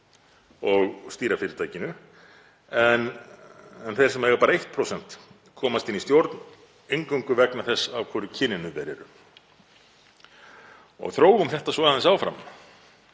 og stýra fyrirtækinu en þeir sem eiga bara 1% komast inn í stjórn eingöngu vegna þess af hvoru kyninu þeir eru. Þróum þetta svo aðeins áfram.